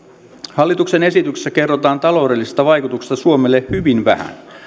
hallituksen esityksessä kerrotaan taloudellisista vaikutuksista suomeen hyvin vähän